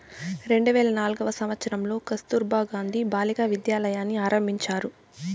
రెండు వేల నాల్గవ సంవచ్చరంలో కస్తుర్బా గాంధీ బాలికా విద్యాలయని ఆరంభించారు